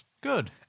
Good